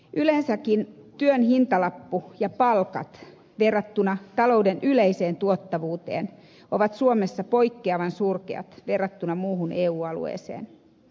yleensäkin työn hintalappu ja palkat verrattuna talouden yleiseen tuottavuuteen ovat suomessa poikkeavan surkeat verrattuna muuhun eu alueeseen